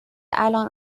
الان